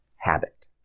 Habit